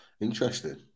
Interesting